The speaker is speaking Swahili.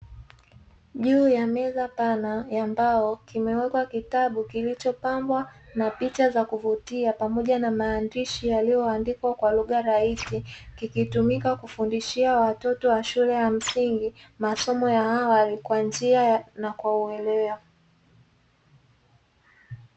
Juu ya meza ya mbao kimewekwa kitabu kilichopambwa na picha na maandishi yaliyoandikwa kwa lugha rahisi kikitumika kufundishia watoto wa awali kwa njia rahisi na ya uelewa